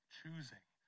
choosing